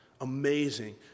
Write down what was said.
Amazing